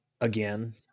again